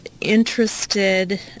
interested